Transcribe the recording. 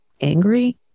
angry